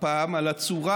הפעם על הצורה